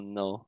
no